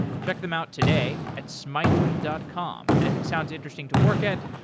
check them out today at smyte dot com, and if it sounds interesting to work at,